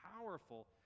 powerful